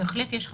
בהחלט יש חשש.